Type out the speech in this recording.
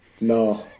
no